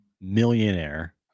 millionaire